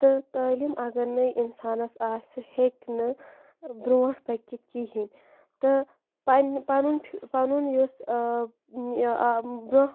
تہٕ تعلیٖم اگر نے اِنسانَس آسہِ سُہ ہیٚکہِ نہٕ بروںٛٹھ پٔکِتھ کِہیٖنۍ تہٕ پنٛنہِ پَنُن پَنُن یُس یہِ بروںٛہہ